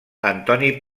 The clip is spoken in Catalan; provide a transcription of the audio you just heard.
antoni